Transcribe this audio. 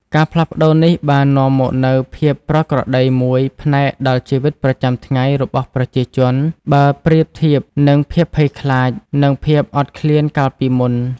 ការផ្លាស់ប្តូរនេះបាននាំមកនូវភាពប្រក្រតីមួយផ្នែកដល់ជីវិតប្រចាំថ្ងៃរបស់ប្រជាជន បើប្រៀបធៀបនឹងភាពភ័យខ្លាច និងភាពអត់ឃ្លានកាលពីមុន។